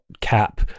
Cap